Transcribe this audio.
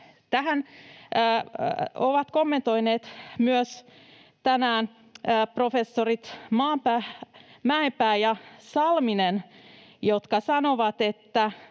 Tähän ovat kommentoineet tänään myös professorit Mäenpää ja Salminen, jotka sanovat,